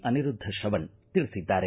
ಅನಿರುದ್ದ್ ಶ್ರವಣ್ ತಿಳಿಸಿದ್ದಾರೆ